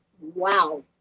wow